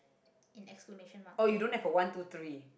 in exclamation mark there